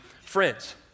friends